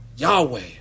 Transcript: Yahweh